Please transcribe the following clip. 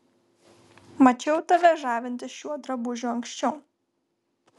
mačiau tave žavintis šiuo drabužiu anksčiau